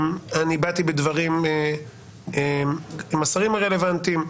אני באתי בדברים עם השרים הרלוונטיים,